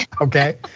Okay